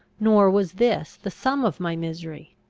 nor was this the sum of my misery.